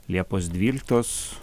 liepos dvyliktos